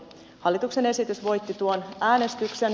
hallituksen esitys voitti tuon äänestyksen